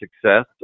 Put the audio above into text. success